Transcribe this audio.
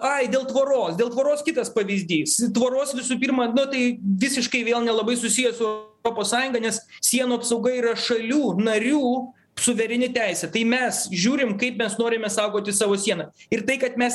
ai dėl tvoros dėl tvoros kitas pavyzdys tvoros visų pirma nu tai visiškai vėl nelabai susijęs su europos sąjunga nes sienų apsauga yra šalių narių suvereni teisė tai mes žiūrim kaip mes norime saugoti savo sieną ir tai kad mes